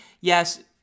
yes